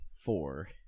four